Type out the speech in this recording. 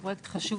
הוא פרויקט חשוב,